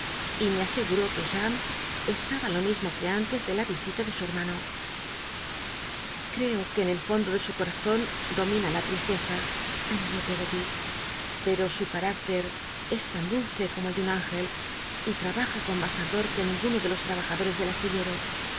y me aseguró que cbam csj estaba lo mismo quo antes de la visi ta de su hermano creo que en el fondo de su corazon domina la tristcza añadió peggoty pcro su carácter es lan du lce como el cje un tinge y trabaja con mas ardor que ninguno de los trabajadores del astillero